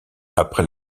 après